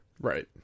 Right